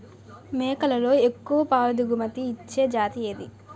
మేకలలో ఎక్కువ పాల దిగుమతి ఇచ్చే జతి ఏది?